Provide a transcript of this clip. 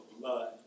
blood